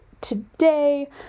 today